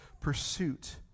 pursuit